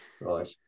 right